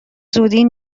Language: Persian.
زودی